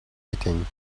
eating